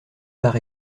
par